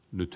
nyt